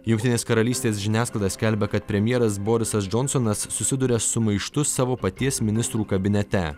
jungtinės karalystės žiniasklaida skelbia kad premjeras borisas džonsonas susiduria su maištu savo paties ministrų kabinete